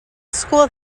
school